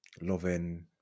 loving